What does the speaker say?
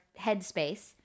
headspace